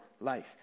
life